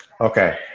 Okay